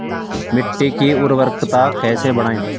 मिट्टी की उर्वरकता कैसे बढ़ायें?